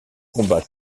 combat